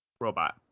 robot